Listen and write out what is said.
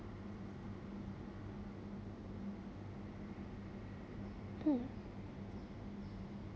mm